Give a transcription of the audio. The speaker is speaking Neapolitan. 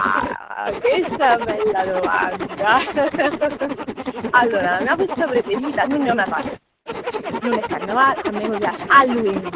Ah chest è 'na bella domanda, allora la mia festa preferita nun è 'o Natale, nun è Carneval, a me m' piace Halloween.